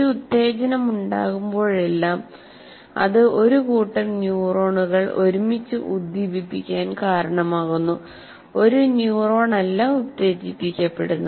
ഒരു ഉത്തേജനം ഉണ്ടാകുമ്പോഴെല്ലാം അത് ഒരു കൂട്ടം ന്യൂറോണുകൾ ഒരുമിച്ച് ഉദ്ദീപിപ്പിക്കാൻ കാരണമാകുന്നു ഒരു ന്യൂറോണല്ല ഉത്തേജിപ്പിക്കപ്പെടുന്നത്